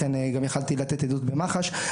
לכן גם יכולתי לתת עדות במח"ש.